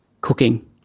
Cooking